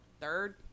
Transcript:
third